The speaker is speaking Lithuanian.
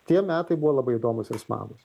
tie metai buvo labai įdomūs ir smagūs